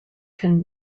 can